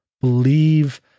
Believe